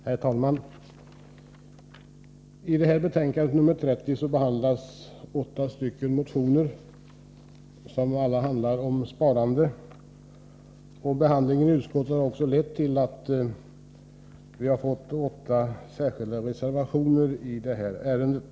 Herr talman! I finansutskottets betänkande 30 behandlas åtta motioner, som alla handlar om sparande, och behandlingen i utskottet har också lett till att vi har fått åtta reservationer i ärendet.